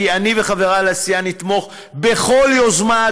כי אני וחבריי לסיעה נתמוך בכל יוזמה,